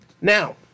Now